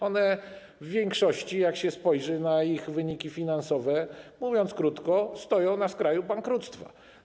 One w większości, jak się spojrzy na ich wyniki finansowe, mówiąc krótko, stoją na skraju bankructwa.